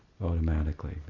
automatically